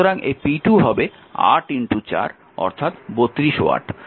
সুতরাং এই p2 হবে 8 4 অর্থাৎ 32 ওয়াট